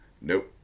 Nope